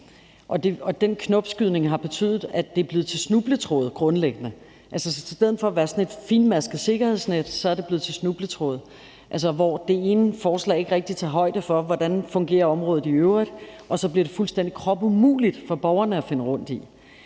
Og den knopskydning har betydet, at det grundlæggende er blevet til snubletråde. Altså, i stedet for at være sådan et fintmasket sikkerhedsnet er det blevet til snubletråde, hvor det ene forslag ikke rigtig tager højde for, hvordan området i øvrigt fungerer, og så bliver det fuldstændig kropumuligt for borgerne at finde rundt i.